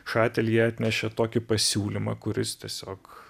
ša ateljė atnešė tokį pasiūlymą kuris tiesiog